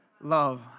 love